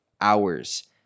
hours